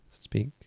speak